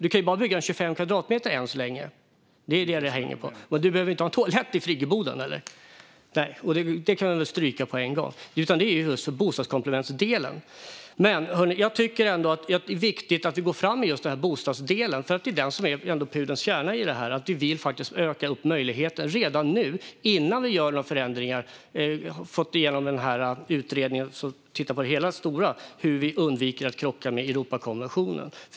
Du kan bara bygga 25 kvadratmeter än så länge. Det är vad det hänger på. Men du behöver inte ha en toalett i friggeboden. Det kan vi stryka på en gång. Det gäller just komplementbostadsdelen. Det är viktigt att vi går fram med just bostadsdelen. Den är ändå pudelns kärna i detta. Vi vill redan nu öka möjligheten innan vi har fått igenom några förändringar. Utredningen tittar på det stora om hur vi undviker att krocka med Europakonventionen.